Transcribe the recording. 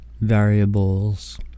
Variables